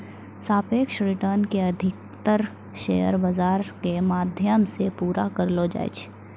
सापेक्ष रिटर्न के अधिकतर शेयर बाजार के माध्यम से पूरा करलो जाय छै